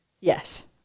Yes